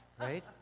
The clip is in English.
right